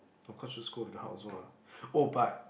of course good school with the heart also lah oh but